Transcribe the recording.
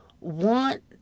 want